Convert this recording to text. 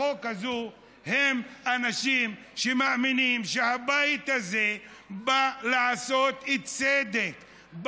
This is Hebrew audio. החוק הזאת הם אנשים שמאמינים שהבית הזה בא לעשות צדק,